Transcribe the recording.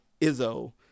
Izzo